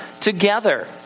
together